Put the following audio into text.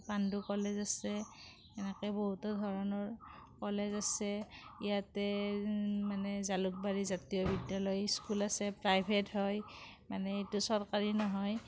Pandu college আছে এনেকে বহুতো ধৰণৰ কলেজ আছে ইয়াতে মানে জালুকবাৰী জাতীয় বিদ্যালয় স্কুল আছে প্ৰাইভেট হয় মানে এইটো চৰকাৰী নহয়